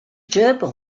gerbil